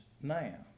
now